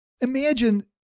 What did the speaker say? Imagine